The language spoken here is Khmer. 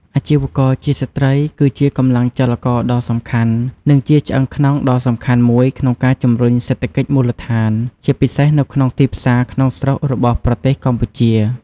អាជីវករជាស្ត្រីគឺជាកម្លាំងចលករដ៏សំខាន់ និងជាឆ្អឹងខ្នងដ៏សំខាន់មួយក្នុងការជំរុញសេដ្ឋកិច្ចមូលដ្ឋាន ជាពិសេសនៅក្នុងទីផ្សារក្នុងស្រុករបស់ប្រទេសកម្ពុជា។